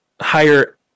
higher